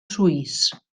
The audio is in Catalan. suís